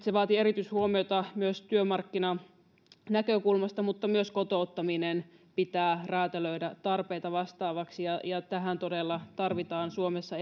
se vaatii erityishuomiota esimerkiksi työmarkkinanäkökulmasta mutta myös kotouttaminen pitää räätälöidä tarpeita vastaavaksi ja ja tähän todella tarvitaan suomessa